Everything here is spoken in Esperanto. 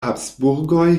habsburgoj